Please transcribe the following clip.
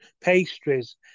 pastries